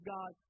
God